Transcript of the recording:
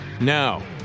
Now